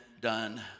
done